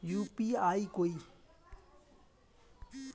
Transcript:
UPI कोई